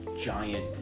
giant